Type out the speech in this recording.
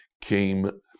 came